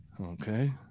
Okay